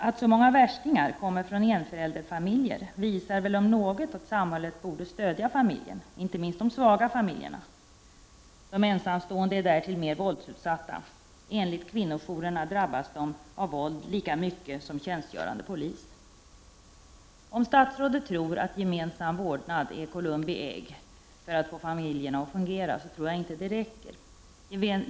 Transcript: Att så många värstingar kommer från enförälderfamiljer visar väl om något att samhället borde stödja familjen, inte minst de svaga familjerna. De ensamstående är därtill mer våldsutsatta. Enligt kvinnojourerna drabbas de av våld lika mycket som tjänstgörande poliser. Om statsrådet tror att gemensam vårdnad är Columbi ägg för att få familjerna att fungera, tror jag inte att det räcker.